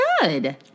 good